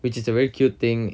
which is a very cute thing